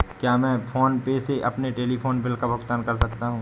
क्या मैं PhonePe से अपने टेलीफोन बिल का भुगतान कर सकता हूँ?